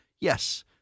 Yes